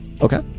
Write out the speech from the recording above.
Okay